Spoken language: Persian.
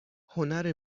هنر